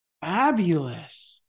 Fabulous